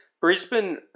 Brisbane